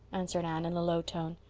answered anne in a low tone.